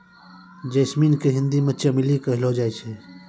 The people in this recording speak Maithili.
जैस्मिन के हिंदी मे चमेली कहलो जाय छै